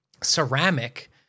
ceramic